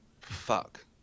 fuck